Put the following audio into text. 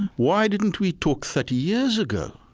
why didn't we talk thirty years ago?